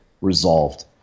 resolved